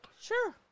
Sure